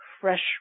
fresh